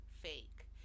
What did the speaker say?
fake